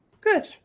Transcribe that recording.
good